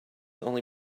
only